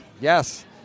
yes